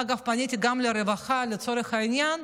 אגב, פניתי גם לרווחה לצורך העניין,